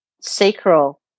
sacral